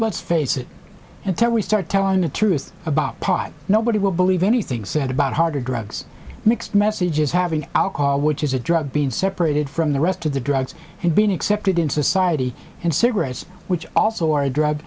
let's face it until we start telling the truth about pot nobody will believe anything said about harder drugs mixed messages having alcohol which is a drug being separated from the rest of the drugs and been accepted in society and cigarettes which also are a drug